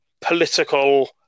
political